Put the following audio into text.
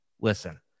Listen